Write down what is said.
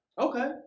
Okay